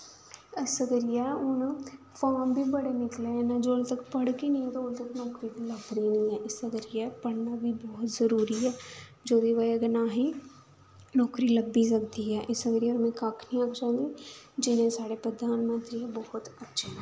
इस करियै हून फार्म बी बड़े निकलै दे न जिल्लै तक पढ़गे नेईं नौकरी लब्भनी नी ऐ इस्सै करियै पढ़ना बी बोह्त जरूरी ऐ जेह्दी बज़ह् कन्नै असेंगी नौकरी लब्भी सकदी ऐ इस करियै में कक्ख नी आखी सकदी जेह्ड़े साढ़े प्रधानमंत्री बोह्त अच्छे न